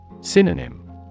Synonym